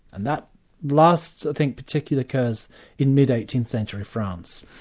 and that last i think particularly occurs in mid eighteenth century france.